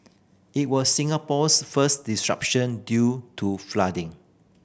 it was Singapore's first disruption due to flooding